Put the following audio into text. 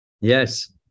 Yes